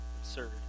Absurd